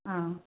ꯑꯥ